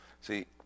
see